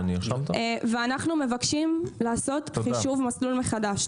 אנחנו מבקשים לעשות חישוב מסלול מחדש.